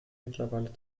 mittlerweile